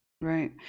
Right